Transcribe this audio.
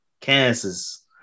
Kansas